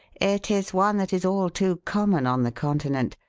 it is one that is all too common on the continent.